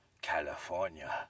California